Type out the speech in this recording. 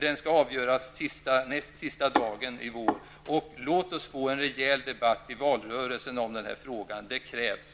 Den skall avgöras näst sista dagen i vår. Låt oss få en rejäl debatt i valrörelsen om den här frågan. Det krävs.